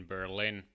Berlin